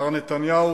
מר נתניהו,